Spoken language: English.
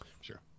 sure